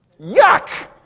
yuck